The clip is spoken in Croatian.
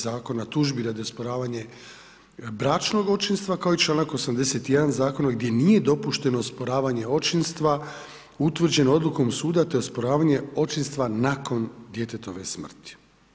Zakona tužbi radi osporavanja bračnog očinstva kao i članak 81. zakona gdje nije dopušteno osporavanje očinstva utvrđeno odlukom suda te osporavanje očinstva nakon djetetove smrti.